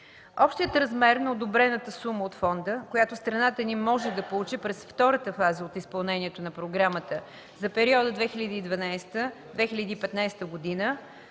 Общият размер на одобрената сума от Фонда, която страната ни може да получи през втората фаза от изпълнението на Програмата за периода 2012-2015 г.